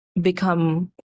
become